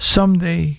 Someday